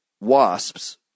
wasps